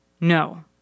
No